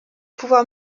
pouvoir